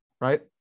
Right